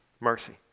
Mercy